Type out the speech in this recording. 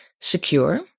secure